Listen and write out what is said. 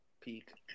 Peak